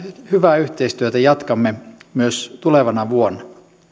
hyvää yhteistyötä jatkamme myös tulevana vuonna